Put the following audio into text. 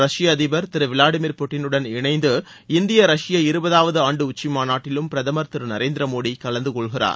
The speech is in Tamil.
ரஷ்ய அதிபர் திரு விளாடிமீர் புட்டினுடன் இனைந்து இந்திய ரஷ்ய இருபதாவது ஆண்டு உச்சிமாநாட்டிலும் பிரதமர் திரு நரேந்திர மோடி கலந்துகொள்கிறார்